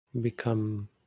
become